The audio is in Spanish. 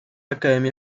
academia